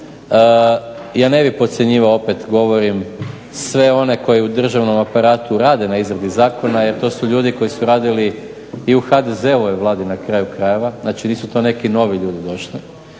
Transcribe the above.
Ja ne bi podcjenjivao opet govorim sve one koje u državnom aparatu rade na izradi zakona jer to su ljudi koji su radili i u HDZ-ovoj vladi na kraju krajeva, znači nisu to neki novi ljudi došli.